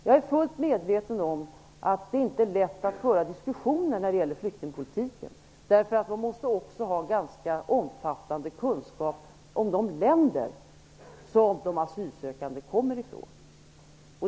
Jag är fullt medveten om att det inte är lätt att föra diskussioner om flyktingpolitiken, därför att man också måste ha en ganska omfattande kunskap om de länder som de asylsökande kommer från.